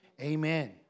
Amen